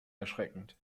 erschreckend